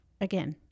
again